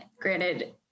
Granted